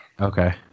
Okay